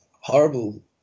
horrible